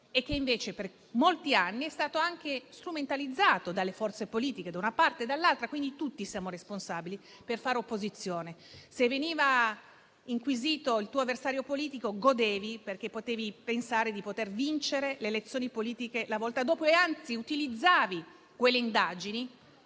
e che invece per molti anni è stato anche strumentalizzato dalle forze politiche da una parte e dall'altra - quindi tutti siamo responsabili - per fare opposizione? Se veniva inquisito il tuo avversario politico, godevi perché pensavi di poter vincere le elezioni politiche la volta dopo, e anzi utilizzavi quelle indagini